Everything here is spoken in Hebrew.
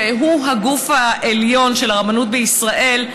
שהוא הגוף העליון של הרבנות בישראל,